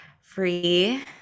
free